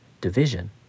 division